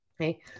Okay